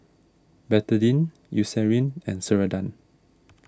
Betadine Eucerin and Ceradan